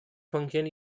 function